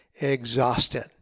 exhausted